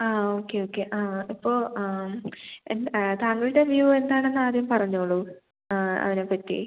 ആ okay okay ആ ഇപ്പോൾ ആ എന്ത് ആ താങ്കളുടെ വ്യൂ എന്താണെന്നാദ്യം പറഞ്ഞോളൂ ആ അതിനെ പറ്റി